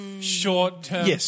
Short-term